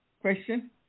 question